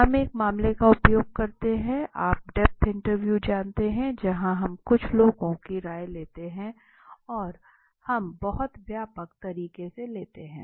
हम एक मामले का उपयोग करते हैं आप डेप्थ इंटरव्यू जानते हैं जहां हम कुछ लोगों की राय लेते हैं और हम बहुत व्यापक तरीके से लेते हैं